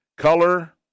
color